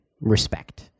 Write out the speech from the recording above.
respect